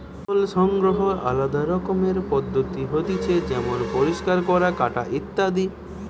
ফসল সংগ্রহনের আলদা রকমের পদ্ধতি হতিছে যেমন পরিষ্কার করা, কাটা ইত্যাদি